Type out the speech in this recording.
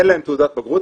אין להם תעודת בגרות,